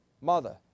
mother